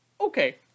Okay